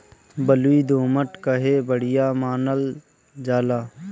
बलुई दोमट काहे बढ़िया मानल जाला?